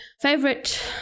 favorite